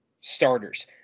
starters